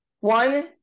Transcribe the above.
One